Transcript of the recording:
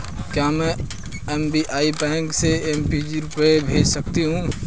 क्या में SBI bank से पी.एन.बी में रुपये भेज सकती हूँ?